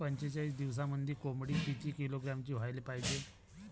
पंचेचाळीस दिवसामंदी कोंबडी किती किलोग्रॅमची व्हायले पाहीजे?